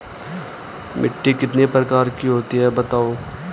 मिट्टी कितने प्रकार की होती हैं बताओ?